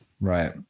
Right